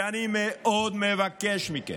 אני מאוד מבקש מכם,